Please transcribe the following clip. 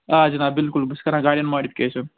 آ جِناب بلکُل بہٕ چھُس کَران گاڑٮ۪ن ماڈفِکیٚشن